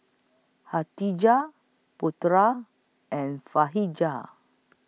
Khatijah Putra and